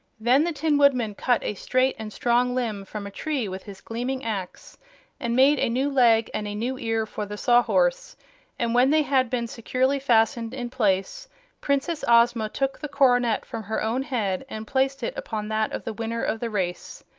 then the tin woodman cut a straight and strong limb from a tree with his gleaming axe and made a new leg and a new ear for the sawhorse and when they had been securely fastened in place princess ozma took the coronet from her own head and placed it upon that of the winner of the race.